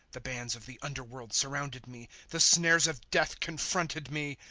the bands of the underworld surrounded me. the snares of death confronted me.